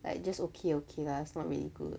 like just okay okay lah it's not really good